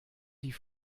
die